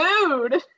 mood